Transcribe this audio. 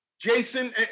Jason